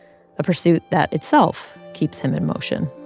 a pursuit that itself keeps him in motion.